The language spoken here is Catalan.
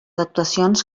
actuacions